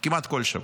כל שבוע.